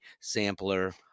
sampler